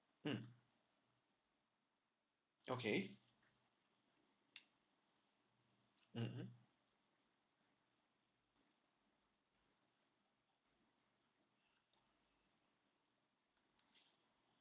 mm okay mm mm